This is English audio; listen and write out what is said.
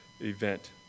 event